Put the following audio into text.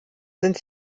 sind